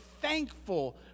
thankful